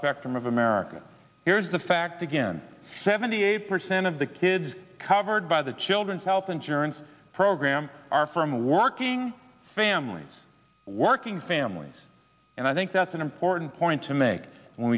spectrum of america here's the fact again seventy eight percent of the kids covered by the children's health insurance program are from working families working families and i think that's an important point to make when